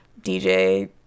DJ